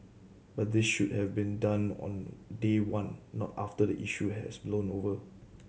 but this should have been done on day one not after the issue has blown over